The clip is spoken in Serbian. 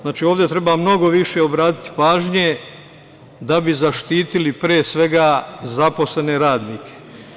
Znači, ovde treba mnogo više obratiti pažnje da bi zaštitili pre svega zaposlene radnike.